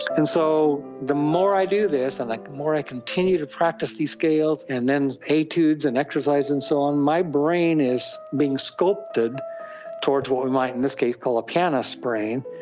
and so the more i do this, the like more i continue to practice these scales and then etudes and exercises and so on, my brain is being sculpted towards what we might in this case call a pianist's brain.